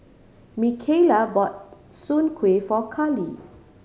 Micaela bought Soon Kueh for Karly